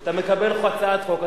אתה מקבל הצעת חוק,